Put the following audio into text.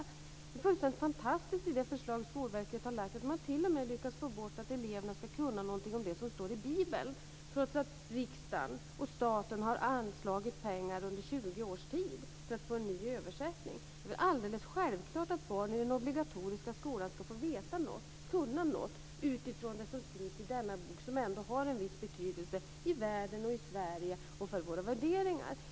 Det är fullständigt fantastiskt att man i det förslag som Skolverket har lagt fram t.o.m. lyckas få bort att eleverna ska kunna någonting om det som står i Bibeln, trots att riksdagen och staten har anslagit pengar under 20 års tid för att få en ny översättning. Det är väl alldeles självklart att barn i den obligatoriska skolan ska få veta och kunna något utifrån det som skrivs i denna bok som ändå har en viss betydelse i världen och i Sverige och för våra värderingar.